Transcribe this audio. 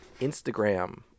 Instagram